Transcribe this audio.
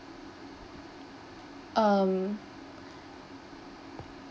um